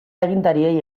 agintariei